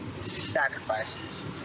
sacrifices